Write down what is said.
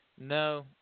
No